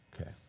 Okay